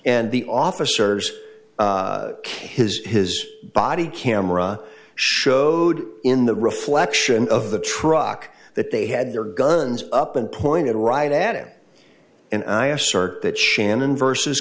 and the officers came his his body camera showed in the reflection of the truck that they had their guns up and pointed right at him and i assert that shannon versus